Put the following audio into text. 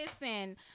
Listen